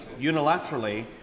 unilaterally